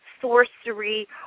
sorcery